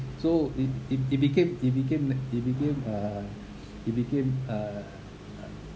so it it it became it became it became uh it became uh